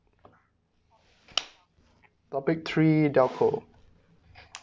topic three telco